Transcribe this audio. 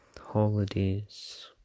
holidays